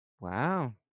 Wow